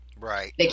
Right